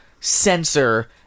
sensor